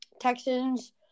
Texans